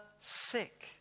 sick